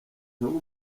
ntuba